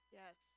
yes